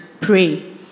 pray